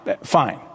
fine